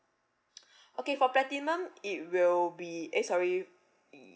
okay for platinum it will be eh sorry err